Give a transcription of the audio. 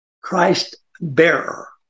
Christ-bearer